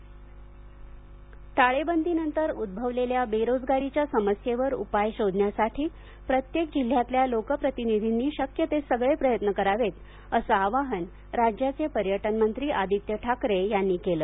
चिपळूण रोजगार मेळावा टाळेबंदीनंतर उद्भवलेल्या बेरोजगारीच्या समस्येवर उपाय शोधण्यासाठी प्रत्येक जिल्ह्यातल्या लोकप्रतिनिधींनी शक्य ते सगळे प्रयत्न करावेत असं आवाहन राज्याचे पर्यटनमंत्री आदित्य ठाकरे यांनी केलं